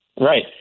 Right